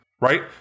Right